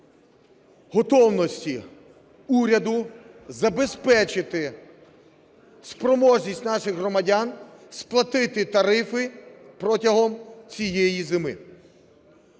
готовності уряду забезпечити спроможність наших громадян сплатити тарифи протягом цієї зими,